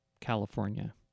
California